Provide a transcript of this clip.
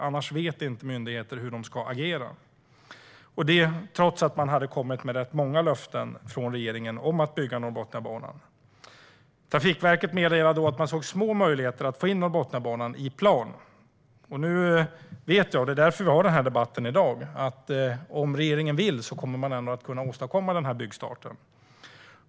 Annars vet inte myndigheter hur de ska agera. Så här blev det trots att regeringen hade kommit med ganska många löften om att bygga Norrbotniabanan. Trafikverket har meddelat att man ser små möjligheter att få in Norrbotniabanan i plan. Jag vet - det är därför vi har denna debatt i dag - att om regeringen vill kommer man ändå att kunna åstadkomma byggstarten.